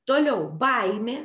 toliau baimė